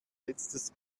letztes